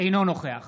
אינו נוכח